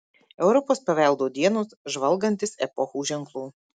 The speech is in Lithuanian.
europos paveldo dienos žvalgantis epochų ženklų